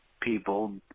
people